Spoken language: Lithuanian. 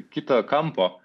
kito kampo